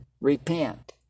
repent